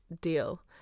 deal